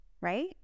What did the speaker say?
right